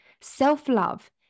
Self-love